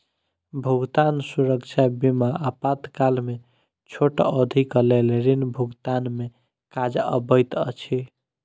भुगतान सुरक्षा बीमा आपातकाल में छोट अवधिक लेल ऋण भुगतान में काज अबैत अछि